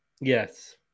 Yes